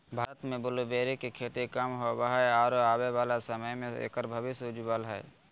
भारत में ब्लूबेरी के खेती कम होवअ हई आरो आबे वाला समय में एकर भविष्य उज्ज्वल हई